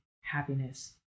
happiness